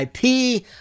ip